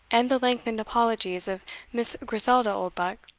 and the lengthened apologies of miss griselda oldbuck,